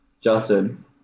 Justin